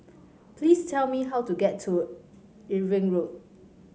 please tell me how to get to Irving Road